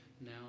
Now